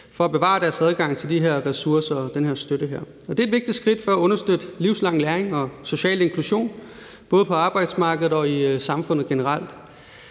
for at bevare deres adgang til de her ressourcer og den her støtte. Og det er et vigtigt skridt for at understøtte livslang læring og social inklusion, både på arbejdsmarkedet og i samfundet generelt.